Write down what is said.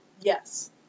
Yes